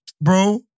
bro